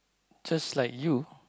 just like you